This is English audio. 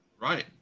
right